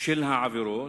של העבירות,